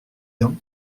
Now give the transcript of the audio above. dents